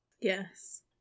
Yes